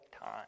time